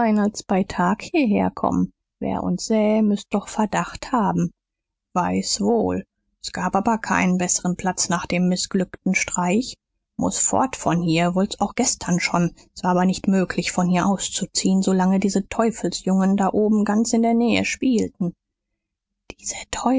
bei tage hierher kommen wer uns säh müßt doch verdacht haben weiß wohl s gab aber keinen besseren platz nach dem mißglückten streich muß fort von hier wollt's auch gestern schon s war aber nicht möglich von hier auszuziehen solange diese teufelsjungen da oben ganz in der nähe spielten diese